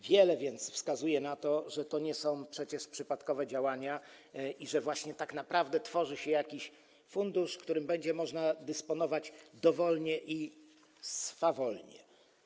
Wiele więc wskazuje na to, że to nie są przypadkowe działania i że tak naprawdę tworzy się jakiś fundusz, którym będzie można dysponować dowolnie i swawolnie.